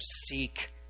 seek